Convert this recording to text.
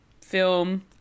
film